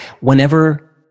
whenever